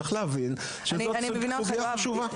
צריך להבין שזו סוגיה חשובה.